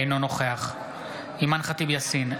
אינו נוכח אימאן ח'טיב יאסין,